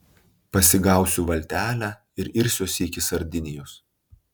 pasigausiu valtelę ir irsiuosi iki sardinijos